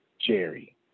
Jerry